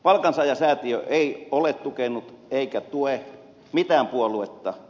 palkansaajasäätiö ei ole tukenut eikä tue mitään puoluetta